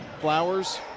Flowers